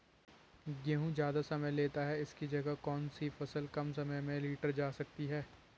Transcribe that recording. गेहूँ ज़्यादा समय लेता है इसकी जगह कौन सी फसल कम समय में लीटर जा सकती है?